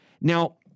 Now